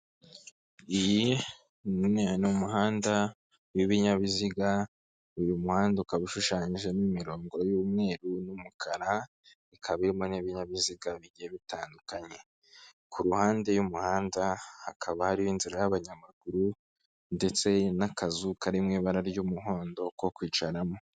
Iyi ni umuhanda w'ibinyabiziga, uyu muhanda ukaba ushushanyijemo imirongo y'umweru n'umukara, ikaba irimo n'ibinyabiziga bigiye bitandukanye, ku ruhande y'umuhanda hakaba hariho inzira y'abanyamaguru ndetse n'akazu kari mu ibara ry'umuhondo ko kwicaramo.